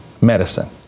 medicine